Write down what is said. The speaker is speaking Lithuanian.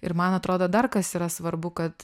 ir man atrodo dar kas yra svarbu kad